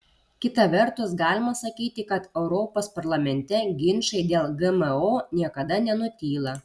kita vertus galima sakyti kad europos parlamente ginčai dėl gmo niekada nenutyla